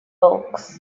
oaks